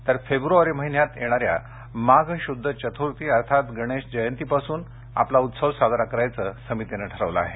तर फेब्रुवारी महिन्यात येणाऱ्या माघ शुद्ध चतुर्थी अर्थात गणेश जयंतीपासून उत्सव साजरा करायचं समितीनं ठरवलं आहे